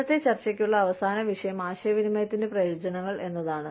ഇന്നത്തെ ചർച്ചയ്ക്കുള്ള അവസാന വിഷയം ആശയവിനിമയത്തിന്റെ പ്രയോജനങ്ങൾ എന്നതാണ്